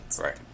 Right